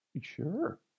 sure